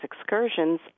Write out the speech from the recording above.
excursions